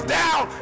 down